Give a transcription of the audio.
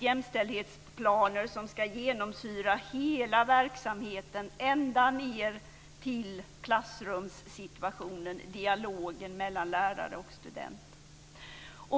Jämställdhetsplanerna ska genomsyra hela verksamheten ända ned till klassrumssituationen, till dialogen mellan lärare och student.